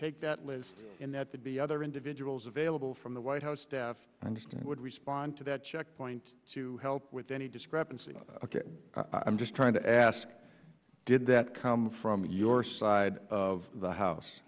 take that list in that they'd be other individuals available from the white house staff understand would respond to that checkpoint to help with any discrepancy ok i'm just trying to ask did that come from your side of the house